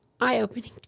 eye-opening